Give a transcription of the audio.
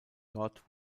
dort